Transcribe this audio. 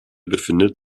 befindet